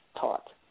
taught